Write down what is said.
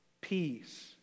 peace